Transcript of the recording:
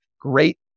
great